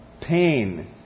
pain